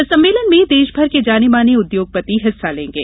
इस सम्मेलन में देश भर के जाने माने उद्योगपति हिस्सा लेंगे